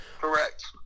Correct